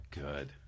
Good